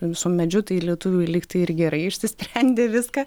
su medžiu tai lietuvių lygtai ir gerai išsisprendė viską